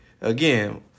again